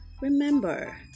Remember